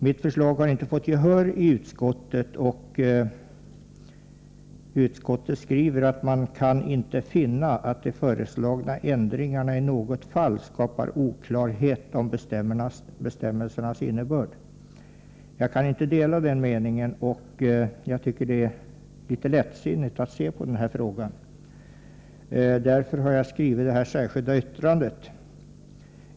Mitt förslag har inte vunnit gehör i utskottet, som skriver att utskottet inte kan ”finna att de föreslagna ändringarna i något fall skapar oklarhet om bestämmelsernas innebörd”. Jag kan inte dela den meningen. Det är ett enligt min uppfattning lättsinnigt sätt att se på den här frågan, och det är därför som jag har skrivit ett särskilt yttrande.